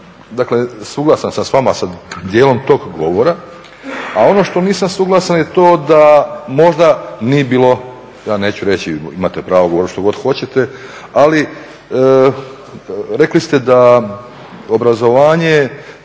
dakle suglasan sa vama sa dijelom tog govora, a ono što nisam suglasan je to da možda nije bilo ja neću reći imate pravo govoriti što god hoćete. Ali rekli ste da obrazovanje,